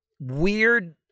weird